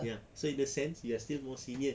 ya so in the sense you are still more senior